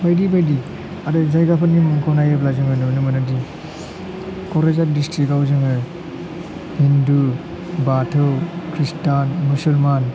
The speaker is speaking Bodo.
बायदि बायदि आरो जायगाफोरनि मुंखौ नायोब्ला जोङो नुनो मोनोदि क'क्राझार डिस्ट्रिक्टआव जोङो हिन्दु बाथौ खृष्टान मुसलमान